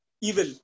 evil